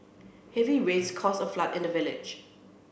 heavy rains caused a flood in the village